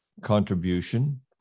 contribution